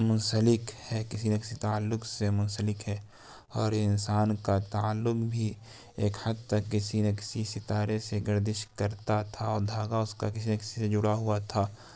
منسلک ہے کسی نہ کسی تعلق سے منسلک ہے اور انسان کا تعلق بھی ایک حد تک کسی نہ کسی ستارے سے گردش کرتا تھا اور دھاگا اس کا کسی نہ کسی سے جڑا ہوا تھا